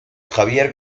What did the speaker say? javier